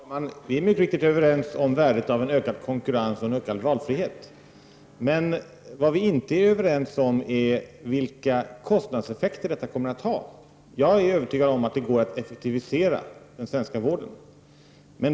Herr talman! Vi är mycket riktigt överens om värdet av en ökad konkurrens och en ökad valfrihet. Men vi är inte överens om vilka kostnadseffekter detta kommer att få. Jag är övertygad om att det går att effektivisera den svenska vården.